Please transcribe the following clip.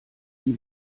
die